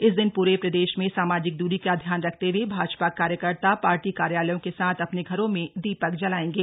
इस दिन पूरे प्रदेश में सामाजिक दूरी का ध्यान रखते भाजपा कार्यकर्ता पार्टी कार्यालयों के साथ अपने घरों में दीपक जलाएंगे